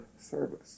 service